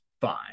Fine